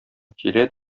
килә